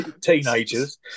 teenagers